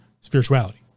spirituality